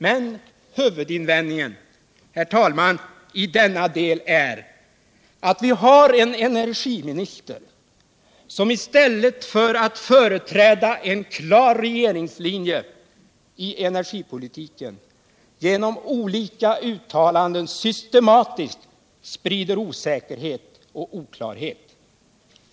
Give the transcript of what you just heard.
Men huvudinvändningen, herr talman, i denna del är att vi har en energiminister som i stället för att företräda en klar linje i energipolitiken genom olika uttalanden systematiskt sprider osäkerhet och oklarhet.